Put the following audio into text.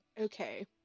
okay